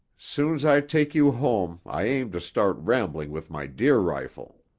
soon's i take you home, i aim to start rambling with my deer rifle.